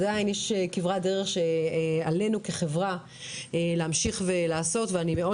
עדיין יש כברת דרך שעלינו כחברה להמשיך ולעשות ואני מאוד